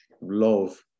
love